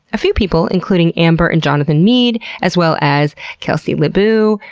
a few people including amber and jonathan meade as well as kelsie libbu,